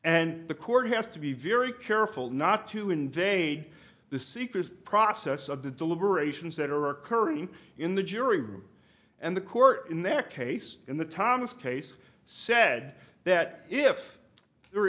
and the court has to be very careful not to invade the seeker's process of the deliberations that are occurring in the jury room and the court in their case in the thomas case said that if there